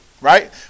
right